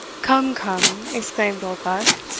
come, come, exclaimed oldbuck,